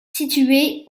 située